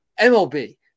MLB